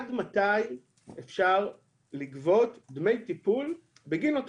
עד מתי אפשר לגבות דמי טיפול בגין אותו